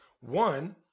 One